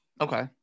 Okay